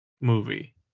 movie